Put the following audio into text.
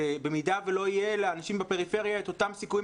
ובמידה ולא יהיו לילדים בפריפריה אותם סיכויים